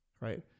right